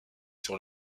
sur